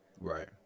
Right